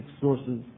sources